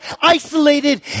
isolated